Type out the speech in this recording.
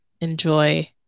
enjoy